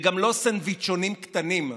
וגם לא סנדוויצ'ונים קטנים,